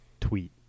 tweet